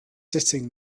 sitting